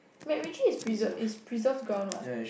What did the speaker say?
MacRitchie is preserve is preserved ground what